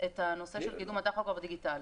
את הנושא של קידום הטכוגרף הדיגיטלי.